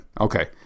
Okay